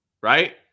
Right